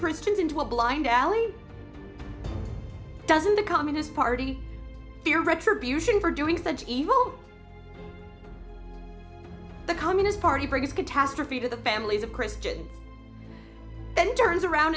christians into a blind alley doesn't the communist party fear retribution for doing such evil the communist party brings catastrophe to the families a christian then turns around